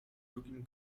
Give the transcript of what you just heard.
drugim